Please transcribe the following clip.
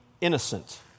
innocent